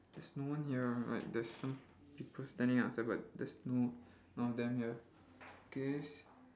there's no one here like there's some people standing outside but there's no none of them here K